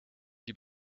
die